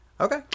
Okay